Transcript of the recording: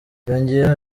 yongeyeho